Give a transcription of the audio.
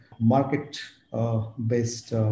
market-based